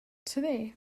today